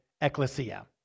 ecclesia